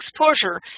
exposure